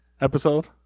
episode